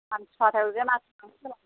मानिसि फाथायहरगोन